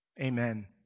amen